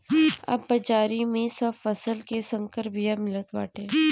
अब बाजारी में सब फसल के संकर बिया मिलत बाटे